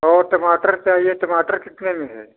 और टमाटर चाहिए टमाटर कितने में है